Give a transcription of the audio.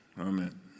amen